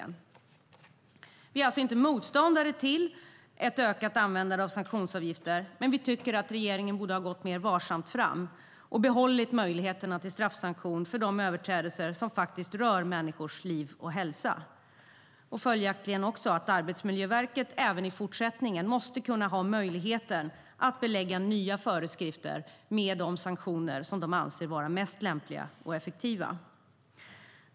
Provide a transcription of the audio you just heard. Vänsterpartiet är inte motståndare till ett ökat användande av sanktionsavgifter, men vi tycker att regeringen borde ha gått mer varsamt fram och behållit möjligheten till straffsanktion för de överträdelser som rör människors liv och hälsa. Följaktligen anser vi att Arbetsmiljöverket även i fortsättningen måste ha möjlighet att belägga nya föreskrifter med de sanktioner som man anser vara mest lämpliga och effektiva.